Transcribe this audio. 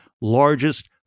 largest